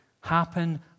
happen